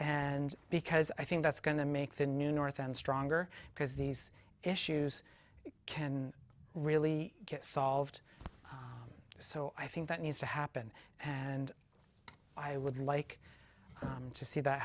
and because i think that's going to make the new north and stronger because these issues can really get solved so i think that needs to happen and i would like to see that